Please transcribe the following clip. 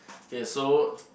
K so